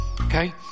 okay